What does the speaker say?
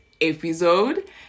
episode